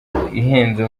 ihenze